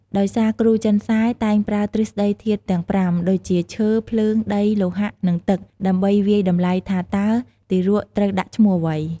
ដោយសារគ្រូចិនសែ តែងប្រើទ្រឹស្ដីធាតុទាំងប្រាំ ដូចជា ឈើ ភ្លើង ដី លោហៈ និងទឹក ដើម្បីវាយតម្លៃថាតើទារកត្រូវដាក់ឈ្មោះអ្វី។